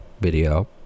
video